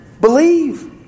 Believe